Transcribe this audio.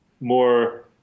more